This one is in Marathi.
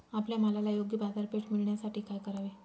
आपल्या मालाला योग्य बाजारपेठ मिळण्यासाठी काय करावे?